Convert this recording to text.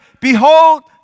Behold